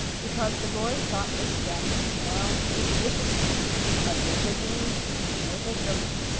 because the boy thought this guest smelled deliciously of wintergreen and maple sugar.